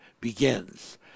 begins